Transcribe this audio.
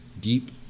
deep